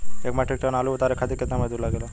एक metric ton आलू उतारे खातिर केतना मजदूरी लागेला?